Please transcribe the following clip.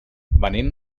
venim